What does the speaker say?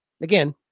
Again